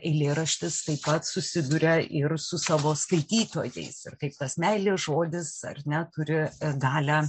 eilėraštis taip pat susiduria ir su savo skaitytojais ir kaip tas meilė žodis ar ne turi galią